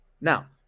Now